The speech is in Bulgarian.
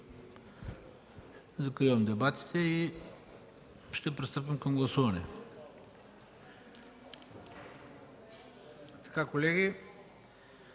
закривам дебатите и ще пристъпим към гласуване.